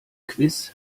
quiz